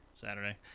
Saturday